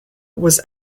was